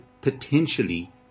potentially